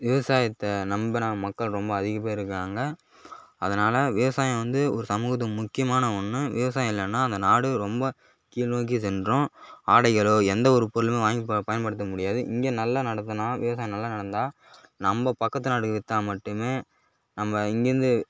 விவசாயத்தை நம்பின மக்கள் ரொம்ப அதிக பேரிருக்காங்க அதனால விவசாயம் வந்து ஒரு சமூகத்துக்கு முக்கியமான ஒன்று விவசாயம் இல்லைன்னா அந்த நாடு ரொம்ப கீழ் நோக்கி சென்றும் ஆடைகளோ எந்த ஒரு பொருளுமே வாங்கி பயன்படுத்த முடியாது இங்கே நல்லா நடக்குதுன்னால் விவசாயம் நல்லா நடந்தால் நம்ப பக்கத்து நாட்டுக்கு வித்தால் மட்டுமே நம்ம இங்கேருந்து